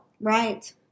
Right